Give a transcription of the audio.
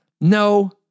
No